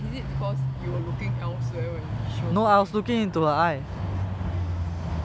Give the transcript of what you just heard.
is it because you looking elsewhere when she was looking at you